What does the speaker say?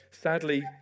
sadly